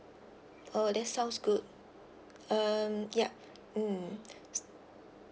oh that sounds good um yup mm